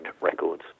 Records